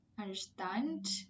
understand